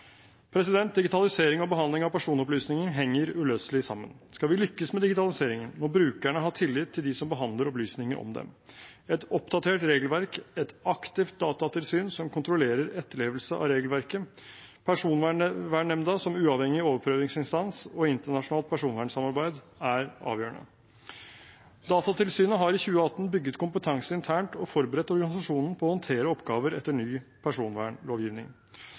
Digitalisering og behandling av personopplysninger henger uløselig sammen. Skal vi lykkes med digitaliseringen, må brukerne ha tillit til dem som behandler opplysninger om dem. Et oppdatert regelverk, et aktivt Datatilsyn som kontrollerer etterlevelse av regelverket, Personvernnemnda som uavhengig overprøvingsinstans og internasjonalt personvernsamarbeid er avgjørende. Datatilsynet har i 2018 bygget kompetanse internt og forberedt organisasjonen på å håndtere oppgaver etter ny personvernlovgivning.